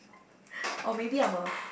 or maybe I'm a